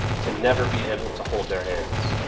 to never be able to hold their hands.